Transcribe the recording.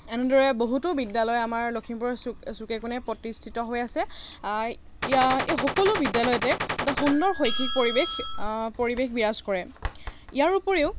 এনেদৰে বহুতো বিদ্যালয় আমাৰ লখিমপুৰৰ চুকে চুকে কোণে প্ৰতিষ্ঠিত হৈ আছে ইয়াৰ সকলো বিদ্যালয়তে এটা সুন্দৰ শৈক্ষিক পৰিৱেশ পৰিৱেশ বিৰাজ কৰে ইয়াৰোপৰিও